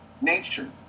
nature